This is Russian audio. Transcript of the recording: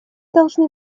должны